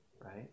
Right